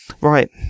Right